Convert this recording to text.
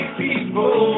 people